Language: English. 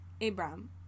Abraham